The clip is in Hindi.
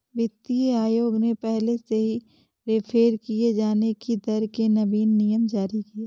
वित्तीय आयोग ने पहले से रेफेर किये जाने की दर के नवीन नियम जारी किए